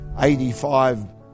85